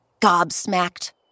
gobsmacked